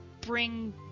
bring